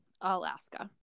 Alaska